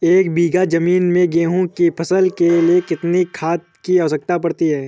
एक बीघा ज़मीन में गेहूँ की फसल के लिए कितनी खाद की आवश्यकता पड़ती है?